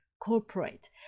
corporate